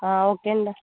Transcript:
okay అండి